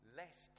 less